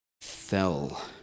fell